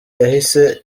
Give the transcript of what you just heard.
yahise